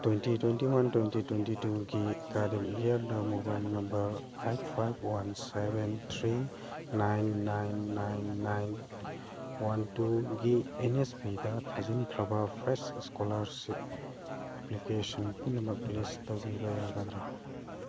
twenty twenty one twenty twenty ꯇꯨꯒꯤ academic ꯏꯌꯔꯗ mobile number eight five one seven three nine nine nine nine one ꯇꯨꯒꯤ N S ꯄꯤꯗ ꯊꯥꯖꯤꯟꯈ꯭ꯔꯕ fresh scholarship application ꯄꯨꯝꯅꯃꯛ ꯂꯤꯁ ꯇꯧꯕꯤꯕ ꯌꯥꯒꯗ꯭ꯔꯥ